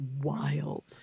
wild